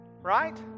Right